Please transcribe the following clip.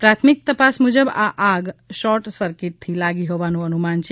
પ્રાથમિક તપાસ મુજબ આ આગ શોર્ટ સર્કિટથી લાગી હોવાનું અનુમાન છે